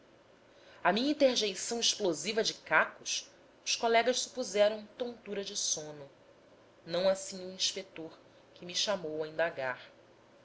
à minha interjeição explosiva de cacos os colegas supuseram tontura de sono não assim o inspetor que me chamou a indagar